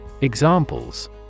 Examples